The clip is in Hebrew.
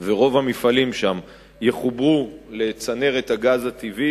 ורוב המפעלים שם יחוברו לצנרת הגז הטבעי